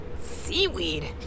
Seaweed